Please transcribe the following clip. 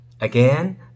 Again